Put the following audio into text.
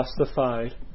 justified